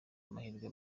amahirwe